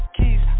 keys